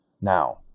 Now